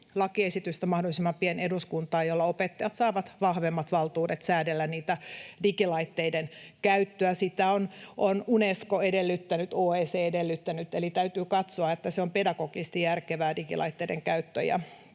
toivomme mahdollisimman pian eduskuntaan sitä lakiesitystä, jolla opettajat saavat vahvemmat valtuudet säädellä niitä digilaitteiden käyttöä. Sitä on Unesco edellyttänyt, OECD edellyttänyt, eli täytyy katsoa, että se digilaitteiden käyttö